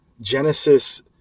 Genesis